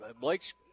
Blake's